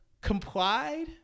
complied